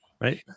Right